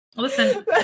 Listen